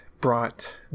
brought